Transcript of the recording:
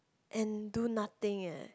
and do nothing eh